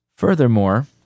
Furthermore